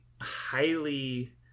highly